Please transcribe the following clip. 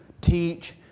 teach